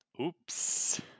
Oops